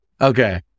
Okay